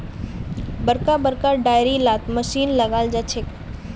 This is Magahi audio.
बड़का बड़का डेयरी लात मशीन लगाल जाछेक